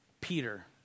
Peter